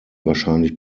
wahrscheinlich